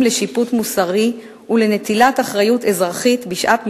לשיפוט מוסרי ולנטילת אחריות אזרחית בשעת מבחן,